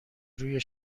روی